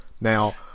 Now